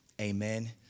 Amen